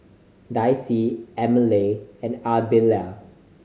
Dicie Emmalee and Ardelia